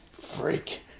Freak